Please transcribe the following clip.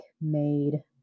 made